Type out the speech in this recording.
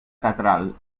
catral